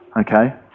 Okay